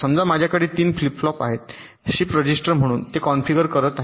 समजा माझ्याकडे 3 flip flop आहेत शिफ्ट रजिस्टर म्हणून ते कॉन्फिगर करत आहेत